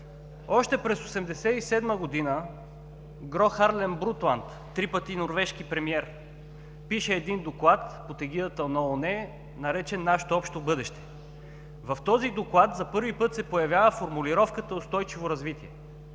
Още през 1987 г. Гро Харлем Брундтланд – три пъти норвежки премиер, пише един доклад под егидата на ООН, наречен „Нашето общо бъдеще“. В този доклад за първи път се появява формулировката „устойчиво развитие“